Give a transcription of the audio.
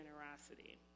generosity